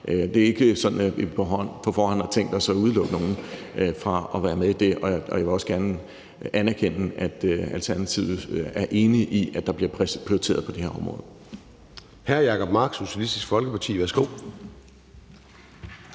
Det er ikke sådan, at vi på forhånd har tænkt os at udelukke nogen fra at være med i det, og jeg vil også gerne anerkende, at Alternativet er enig i, at der bliver prioriteret på det her område. Kl. 09:45 Formanden (Søren Gade): Hr. Jacob Mark, Socialistisk Folkeparti. Værsgo.